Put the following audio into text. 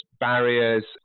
barriers